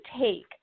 take